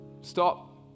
Stop